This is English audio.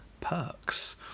Perks